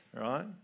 Right